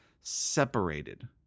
separated